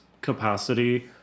capacity